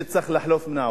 שצריך לחלוף מן העולם.